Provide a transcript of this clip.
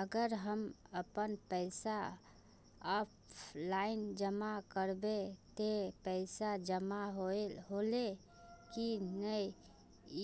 अगर हम अपन पैसा ऑफलाइन जमा करबे ते पैसा जमा होले की नय